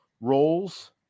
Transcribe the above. roles